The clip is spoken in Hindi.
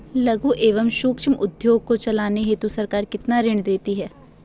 लघु एवं सूक्ष्म उद्योग को चलाने हेतु सरकार कितना ऋण देती है?